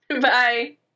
Bye